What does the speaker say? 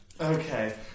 Okay